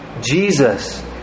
Jesus